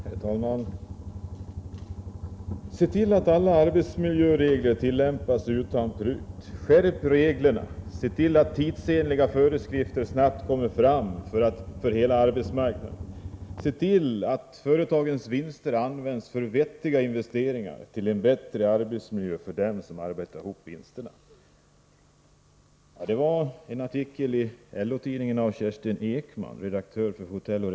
Herr talman! ”Se till att alla arbetsmiljöregler tillämpas utan prut. Skärp reglerna — se till att tidsenliga föreskrifter snabbt kommer fram för hela arbetsmarknaden. Se till att företagens vinster används till vettiga investeringar — till en bättre arbetsmiljö för dem som arbetar ihop vinsterna!” Det var Kerstin Ekberg, redaktör för Hotello.